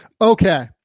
Okay